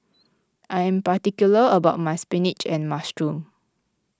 I am particular about my Spinach and Mushroom